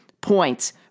points